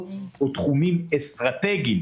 נקודות או תחומים אסטרטגיים